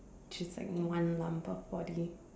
just like one lump of body